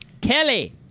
Kelly